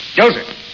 Joseph